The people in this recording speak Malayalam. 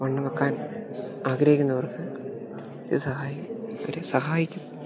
വണ്ണം വെക്കാൻ ആഗ്രഹിക്കുന്നവർക്ക് ഒരു സഹായി ഒരു സഹായിക്കും